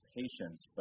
patients